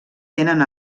tenen